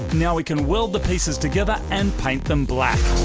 now we can weld the pieces together and paint them blaack.